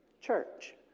church